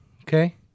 okay